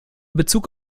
bezug